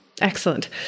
excellent